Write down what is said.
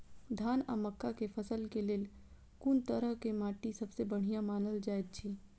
धान आ मक्का के फसल के लेल कुन तरह के माटी सबसे बढ़िया मानल जाऐत अछि?